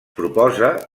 proposa